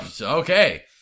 Okay